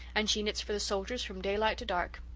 and she knits for the soldiers from daylight to dark.